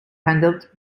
handled